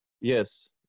Yes